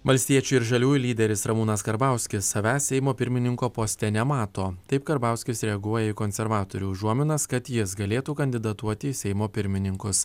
valstiečių ir žaliųjų lyderis ramūnas karbauskis savęs seimo pirmininko poste nemato taip karbauskis reaguoja į konservatorių užuominas kad jis galėtų kandidatuoti į seimo pirmininkus